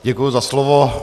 Děkuji za slovo.